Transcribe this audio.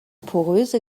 poröse